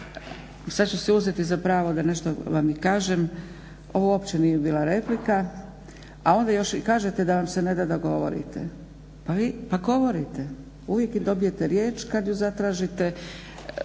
Sad ću si uzeti za pravo da nešto vam i kažem. Ovo uopće nije bila replika, a onda još i kažete da vam se neda da govorite. Pa govorite, uvijek dobijete riječ kad ju zatražite,